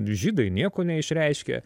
žydai nieko neišreiškia